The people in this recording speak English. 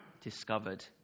discovered